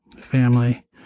family